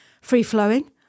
free-flowing